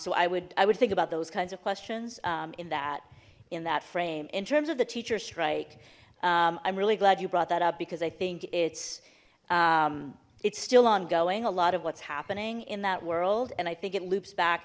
so i would i would think about those kinds of questions in that in that frame in terms of the teacher strike i'm really glad you brought that up because i think it's it's still ongoing a lot of what's happening in that world and i think it loops back